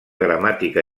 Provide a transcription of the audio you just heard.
gramàtica